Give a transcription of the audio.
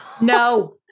No